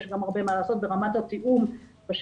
יש גם הרבה מה לעשות ברמת התיאום בשטח